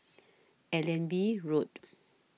Allenby Road